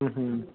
ம் ம்